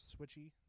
switchy